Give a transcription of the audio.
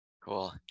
cool